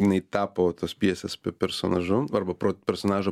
jinai tapo tos pjesės personažu arba personažo